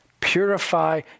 purify